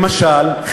למשל,